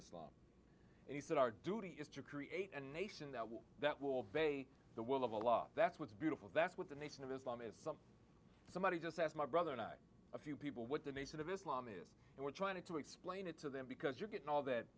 and he said our duty is to create a nation that will that will be the will of the law that's what's beautiful that's what the nation of islam is some somebody just asked my brother and i a few people what the nation of islam is and we're trying to explain it to them because you're getting all that